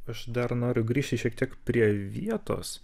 aš dar noriu grįžti šiek tiek prie vietos